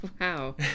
wow